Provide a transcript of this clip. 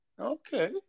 Okay